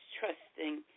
trusting